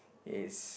is